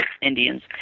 Indians